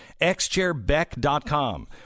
xchairbeck.com